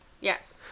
Yes